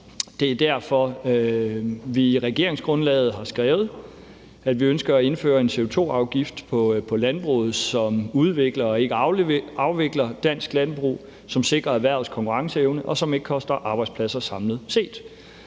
Det er derfor, vi i regeringsgrundlaget har skrevet, at vi ønsker at indføre en CO2-afgift på landbruget, som udvikler og ikke afvikler dansk landbrug, som sikrer erhvervets konkurrenceevne, og som ikke koster arbejdspladser samlet set.